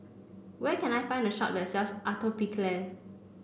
where can I find a shop that sells Atopiclair